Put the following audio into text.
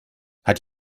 hat